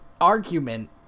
argument